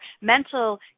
mental